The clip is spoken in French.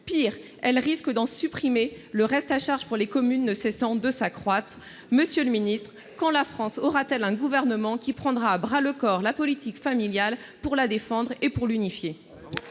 pis, elle risque d'en supprimer, le reste à charge pour les communes ne cessant de s'accroître. Monsieur le secrétaire d'État, quand la France aura-t-elle un gouvernement qui prendra à bras-le-corps la politique familiale, pour la défendre et l'unifier ?